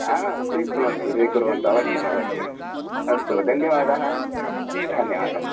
हा स्वीकुर्वन्तु स्वीकुर्वन्तु अवश्यमवश्यम् अस्तु धन्यवादः धन्यवादः